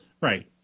right